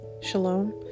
shalom